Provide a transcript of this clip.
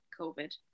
COVID